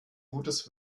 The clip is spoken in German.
gutes